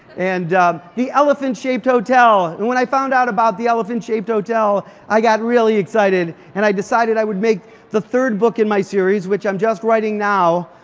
and the elephant shaped hotel. and when i found out about the elephant shaped hotel, i got really excited. and i decided i would make the third book in my series, which i'm just writing now,